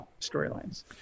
storylines